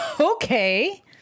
Okay